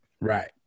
Right